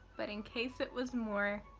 but in case it was more,